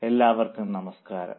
എല്ലാവർക്കും നമസ്കാരം